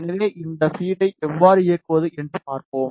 எனவே இந்த ஃபீடை எவ்வாறு இயக்குவது என்று பார்ப்போம்